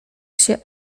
się